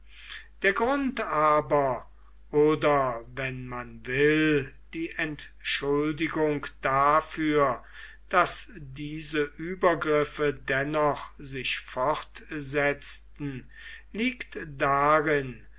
der grund aber oder wenn man will die entschuldigung dafür daß diese übergriffe dennoch sich fortsetzten liegt darin